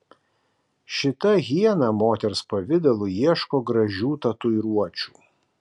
šita hiena moters pavidalu ieško gražių tatuiruočių